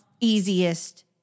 easiest